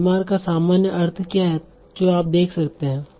तो बीमार का सामान्य अर्थ क्या है जो आप देखते हैं